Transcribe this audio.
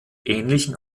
ähnlichen